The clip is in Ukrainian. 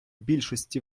більшості